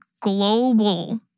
global